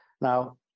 now